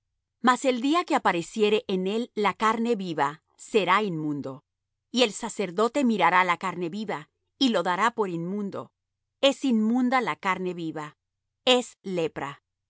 mas el día que apareciere en él la carne viva será inmundo y el sacerdote mirará la carne viva y lo dará por inmundo es inmunda la carne viva es lepra mas